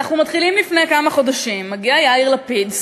אנחנו מתחילים לפני כמה חודשים: מגיע יאיר לפיד,